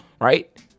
right